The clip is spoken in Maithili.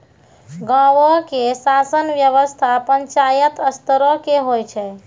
गांवो के शासन व्यवस्था पंचायत स्तरो के होय छै